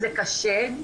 זה קשה,